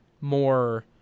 More